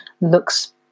looks